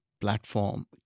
platform